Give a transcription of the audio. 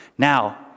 Now